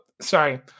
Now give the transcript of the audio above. Sorry